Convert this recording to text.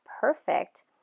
perfect